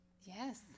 Yes